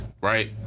right